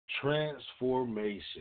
transformation